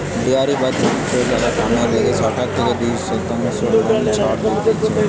dairy বা দুগ্ধশালার কামেরে লিগে সরকার থেকে দুই শতাংশ লোনে ছাড় দেওয়া হতিছে